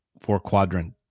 four-quadrant